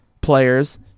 players